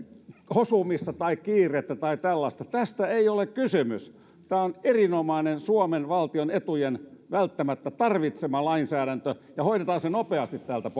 hosumista tai kiirettä tai tällaista tästä ei ole kysymys tämä on erinomainen suomen valtion etujen välttämättä tarvitsema lainsäädäntö ja hoidetaan se nopeasti täältä